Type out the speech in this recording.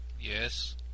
Yes